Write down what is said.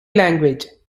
language